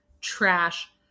trash